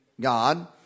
God